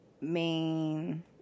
main